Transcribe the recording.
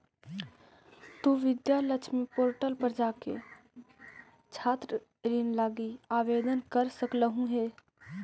तु विद्या लक्ष्मी पोर्टल पर जाके छात्र ऋण लागी आवेदन कर सकलहुं हे